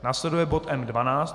Následuje bod M12.